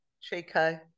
Chico